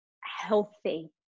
healthy